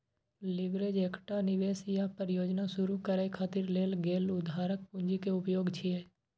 leverage एकटा निवेश या परियोजना शुरू करै खातिर लेल गेल उधारक पूंजी के उपयोग छियै